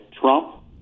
Trump